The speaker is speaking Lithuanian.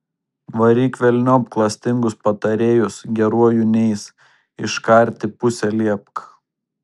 varyk velniop klastingus patarėjus geruoju neis iškarti pusę liepk